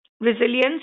resilience